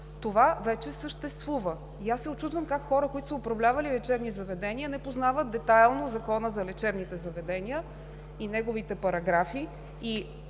Това вече съществува и аз се учудвам как хора, които са управлявали лечебни заведения, не познават детайлно Закона за лечебните заведения и неговите параграфи.